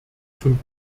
zum